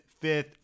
fifth